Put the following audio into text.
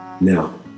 Now